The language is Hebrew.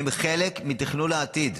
הם חלק מתכנון העתיד.